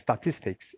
statistics